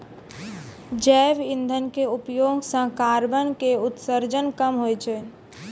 जैव इंधन के उपयोग सॅ कार्बन के उत्सर्जन कम होय छै